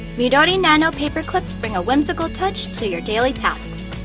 midori nano paper clips bring a whimsical touch to your daily tasks.